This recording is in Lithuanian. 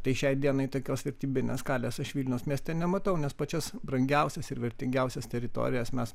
tai šiai dienai tokios vertybinės skalės aš vilniaus mieste nematau nes pačias brangiausias ir vertingiausias teritorijas mes